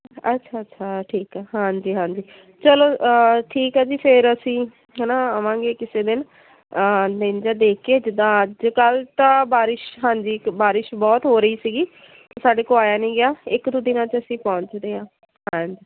ਅੱਛਾ ਅੱਛਾ ਠੀਕ ਹੈ ਹਾਂਜੀ ਹਾਂਜੀ ਚਲੋ ਠੀਕ ਹੈ ਜੀ ਫਿਰ ਅਸੀਂ ਹੈ ਨਾ ਆਵਾਂਗੇ ਕਿਸੇ ਦਿਨ ਦਿਨ ਜਿਹਾ ਦੇਖ ਕੇ ਜਿੱਦਾਂ ਅੱਜ ਕੱਲ੍ਹ ਤਾਂ ਬਾਰਿਸ਼ ਹਾਂਜੀ ਇੱਕ ਬਾਰਿਸ਼ ਬਹੁਤ ਹੋ ਰਹੀ ਸੀਗੀ ਸਾਡੇ ਕੋਲ ਆਇਆ ਨਹੀਂ ਗਿਆ ਇੱਕ ਦੋ ਦਿਨਾਂ 'ਚ ਅਸੀਂ ਪਹੁੰਚਦੇ ਹਾਂ ਹਾਂਜੀ